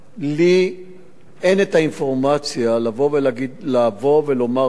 לי אין את האינפורמציה לבוא ולומר מי צודק,